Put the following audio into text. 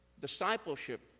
Discipleship